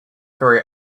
very